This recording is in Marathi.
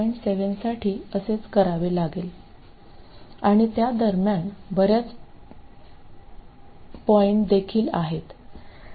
7 साठी असेच करावे लागेल आणि त्या दरम्यान बरेच पॉईंट देखील आहेत